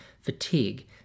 fatigue